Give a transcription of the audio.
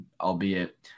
albeit